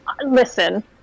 Listen